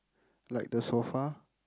like the sofa